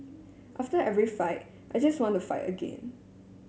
after every fight I just want to fight again